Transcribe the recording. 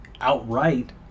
outright